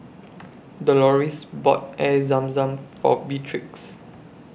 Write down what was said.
Doloris bought Air Zam Zam For Beatrix